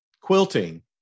quilting